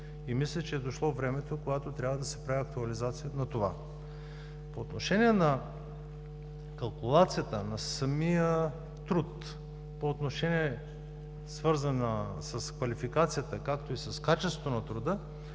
Мисля, че е дошло времето, когато трябва да се прави актуализация на това. По отношение на калкулацията на самия труд, свързана с квалификацията, както и с качеството на труда,